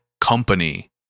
company